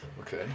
Okay